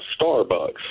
starbucks